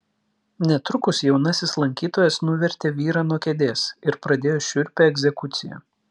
netrukus jaunasis lankytojas nuvertė vyrą nuo kėdės ir pradėjo šiurpią egzekuciją